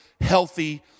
healthy